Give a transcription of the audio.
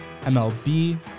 MLB